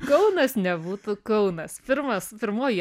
kaunas nebūtų kaunas pirmas pirmoji